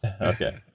Okay